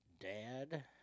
dad